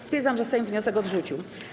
Stwierdzam, że Sejm wniosek odrzucił.